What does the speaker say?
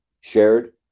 shared